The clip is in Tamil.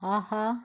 ஆஹா